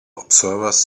observers